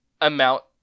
amount